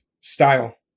style